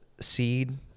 seed